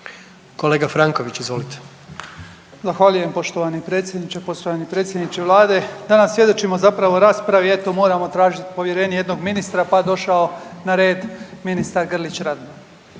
**Franković, Mato (HDZ)** Zahvaljujem poštovani predsjedniče. Poštovani predsjedniče vlade danas svjedočimo zapravo raspravi eto moramo tražiti povjerenje jednog ministra pa došao na red ministar Grlić Radman.